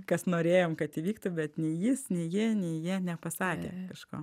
kas norėjom kad įvyktų bet nei jis nei ji nei jie nepasakė kažko